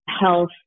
health